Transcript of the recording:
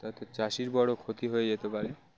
তাতে চাষির বড়ো ক্ষতি হয়ে যেতে পারে